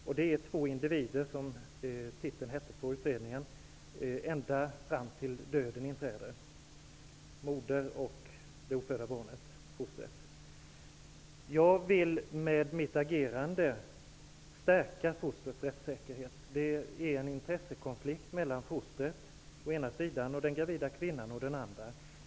Det är fråga om två individer, vilket också var namnet på utredningen, ända fram till dess döden inträder: Jag vill med mitt agerande stärka fostrets rättssäkerhet. Det är en intressekonflikt mellan fostret å ena sidan och den gravida kvinnan å den andra.